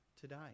today